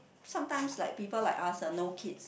sometimes like people like us ah no kids